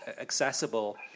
accessible